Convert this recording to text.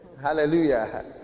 Hallelujah